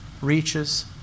reaches